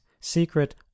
secret